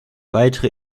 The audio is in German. weitere